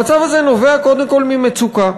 המצב הזה נובע קודם כול ממצוקה.